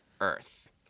Earth